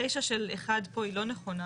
הרישא של 1 פה היא לא נכונה.